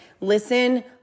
Listen